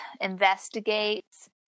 investigates